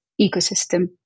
ecosystem